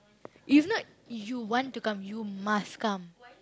it's not you want to come you must come